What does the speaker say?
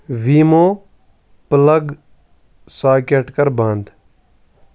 ویٖمو plug socket کر بند